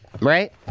right